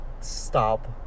Stop